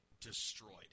destroyed